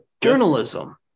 Journalism